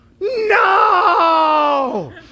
No